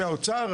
מהאוצר,